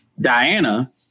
Diana